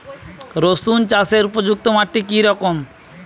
রুসুন চাষের উপযুক্ত মাটি কি রকম?